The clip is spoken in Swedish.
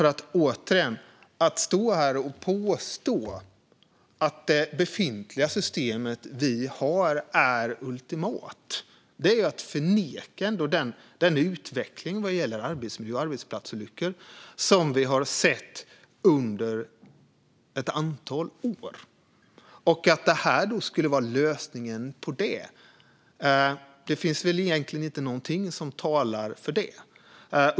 Att stå här och påstå att det befintliga systemet, det system vi har, är ultimat är att förneka den utveckling vad gäller arbetsmiljö och arbetsplatsolyckor som vi sett under ett antal år. Att det här skulle vara lösningen på det finns det egentligen inte någonting som talar för.